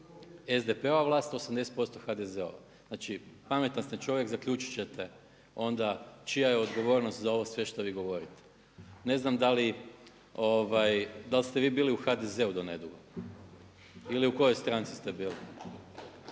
SDP-ova vlast, 80% HDZ-ova. Znači pametan ste čovjek, zaključit ćete onda čija je odgovornost za ovo sve što vi govorite. Ne znam da li, da li ste vi bili u HDZ-u do nedugo ili u kojoj stranci ste bili?